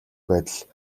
байдал